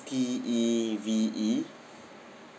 T E V E